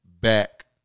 back